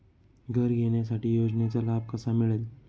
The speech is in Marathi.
घर घेण्यासाठी योजनेचा लाभ कसा मिळेल?